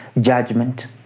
judgment